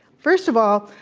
first of all,